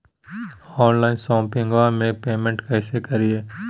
Online शोपिंगबा में पेमेंटबा कैसे करिए?